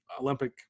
Olympic